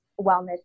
wellness